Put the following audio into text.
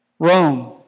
Rome